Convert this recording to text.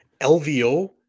LVO